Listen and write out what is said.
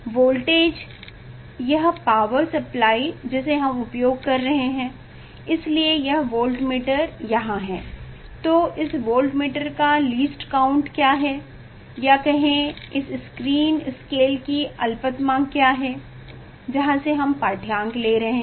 voltage यह power supply जिसे हम उपयोग कर रहे हैं इसलिए यह वोल्टमीटर यहाँ है तो इस वोल्टमीटर का लीस्ट काउंट क्या है या कहें इस स्क्रीन स्केल की अलपतमांक क्या है जहां से हम पाठ्यांक ले रहे हैं